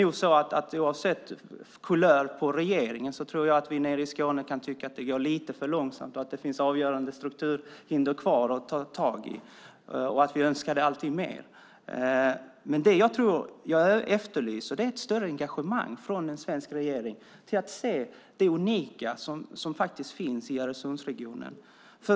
Oavsett kulören på regeringen kan nog vi i Skåne tycka att det går lite för långsamt och att det finns avgörande strukturhinder att ta tag i. Vi önskar alltid mer. Men det jag efterlyser är ett större engagemang från en svensk regering för att se det unika som faktiskt finns i Öresundsregionen.